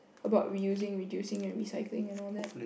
about reusing reducing and recycling and all that